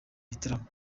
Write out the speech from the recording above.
gitaramo